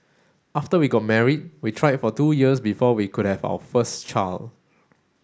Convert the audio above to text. after we got married we tried for two years before we could have our first child